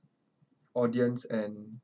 audience and